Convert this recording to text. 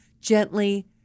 gently